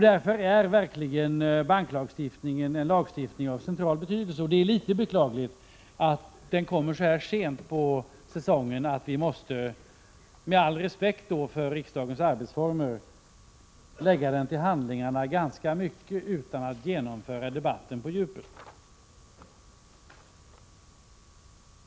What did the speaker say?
Därför är verkligen banklagstiftningen av central betydelse, och det är lite beklagligt att den kommer så sent på säsongen att vi måste, med all respekt för riksdagens arbetsformer, lägga den till handlingarna utan att genomföra debatten på djupet.